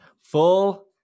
full